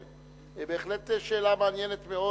זו בהחלט שאלה מעניינת מאוד.